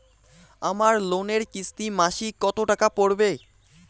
আমার লোনের কিস্তি মাসিক কত টাকা পড়বে?